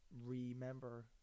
remember